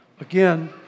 Again